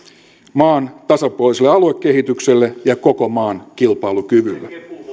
maan tasapuoliselle aluekehitykselle ja koko maan kilpailukyvylle